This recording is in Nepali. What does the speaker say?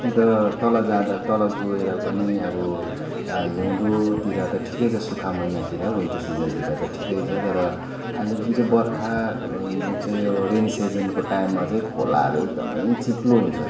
अन्त तल जाँदा तल गएर पनि अब आ हिउँदोतिर त ठिकै छ सुक्खा महिनातिर विन्टर सिजनतिर त ठिकै छ तर अहिले जुन चाहिँ बर्खा जुन चाहिँ यो रेनी सिजनको टाइममा चाहिँ खोलाहरू एकदमै चिप्लो हुन्छ